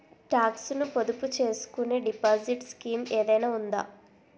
Talks ను పొదుపు చేసుకునే డిపాజిట్ స్కీం ఏదైనా ఉందా?